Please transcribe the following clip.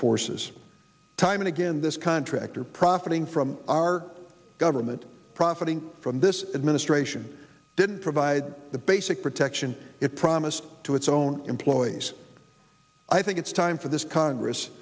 forces time and again this contractor profiting from our government profiting from this administration didn't provide the basic protection it promised to its own employees i think it's time for this congress